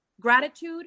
gratitude